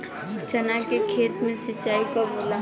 चना के खेत मे सिंचाई कब होला?